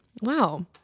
Wow